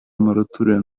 моратория